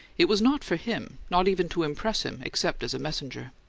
it was not for him not even to impress him, except as a messenger.